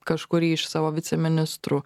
kažkurį iš savo viceministrų